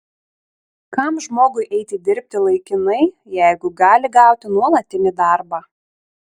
kam žmogui eiti dirbti laikinai jeigu gali gauti nuolatinį darbą